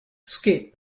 skate